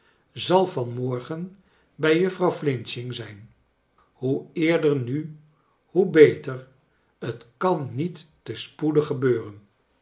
zal van morgen bij juffrouw flinching zijn hoe eerder nu hoe beter t kan niet te spoedig gebeuren